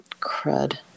crud